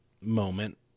moment